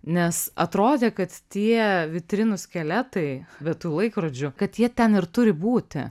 nes atrodė kad tie vitrinų skeletai be tų laikrodžių kad jie ten ir turi būti